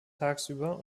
tagsüber